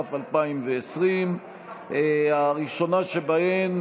התש"ף 2020. הראשונה שבהן,